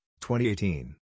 2018